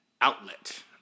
outlet